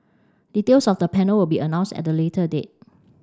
details of the panel will be announced at the later date